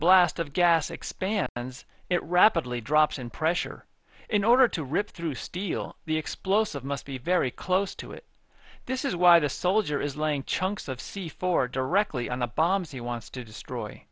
blast of gas expands it rapidly drops in pressure in order to rip through steel the explosive must be very close to it this is why the soldier is laying chunks of c four directly on the bombs he wants to destroy